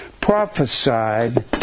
prophesied